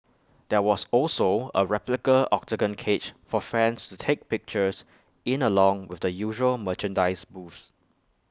there was also A replica Octagon cage for fans to take pictures in along with the usual merchandise booths